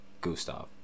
Gustav